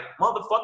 motherfucker